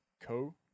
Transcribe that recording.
Co